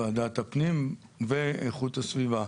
זו ועדת הפנים ואיכות הסביבה,